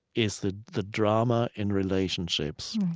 is the the drama in relationships.